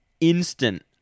instant